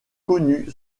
connue